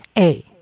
a,